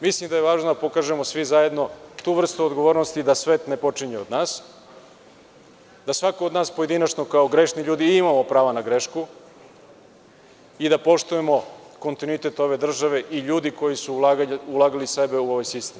Mislim da je važno da pokažemo svi zajedno tu vrstu odgovornosti da sve ne počinje od nas, da svako od nas pojedinačno kao grešni ljudi imamo pravo na grešku i da poštujemo kontinuitet ove države i ljudi koji su ulagali sebe u ovaj sistem.